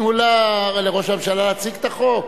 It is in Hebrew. תנו לראש הממשלה להציג את החוק.